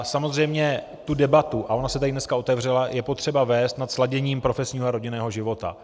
Samozřejmě debatu, a ona se tady dneska otevřela, je potřeba vést nad sladěním profesního a rodinného života.